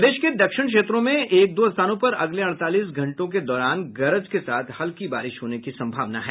प्रदेश के दक्षिण क्षेत्रों में एक दो स्थानों पर अगले अड़तालीस घंटों के दौरान गरज के साथ हल्की बारिश होने की सम्भावना है